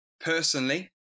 Personally